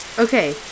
Okay